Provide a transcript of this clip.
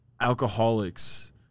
alcoholics